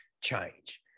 change